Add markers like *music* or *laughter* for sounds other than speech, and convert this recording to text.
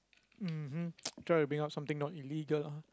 mmhmm *noise* try to bring up something not illegal